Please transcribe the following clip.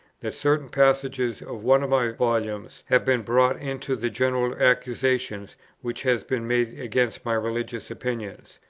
that certain passages of one of my volumes have been brought into the general accusation which has been made against my religious opinions.